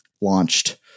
launched